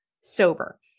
sober